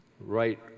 right